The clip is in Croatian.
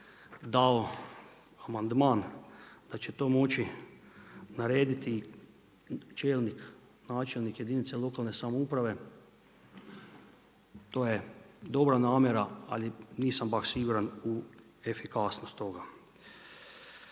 dao amandman da će to moći narediti i čelnik, načelnik jedinice lokalne samouprave, to je dobra namjera ali nisam baš siguran u efikasnost toga.